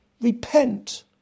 Repent